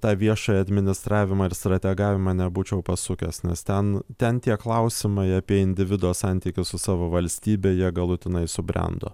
tą viešąjį administravimą ir strategavimą nebūčiau pasukęs nes ten ten tie klausimai apie individo santykį su savo valstybe jie galutinai subrendo